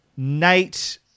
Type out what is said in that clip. Nate